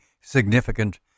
significant